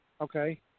okay